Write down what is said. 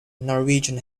norwegian